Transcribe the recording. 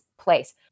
place